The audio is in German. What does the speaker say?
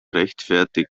rechtfertigt